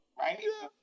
Right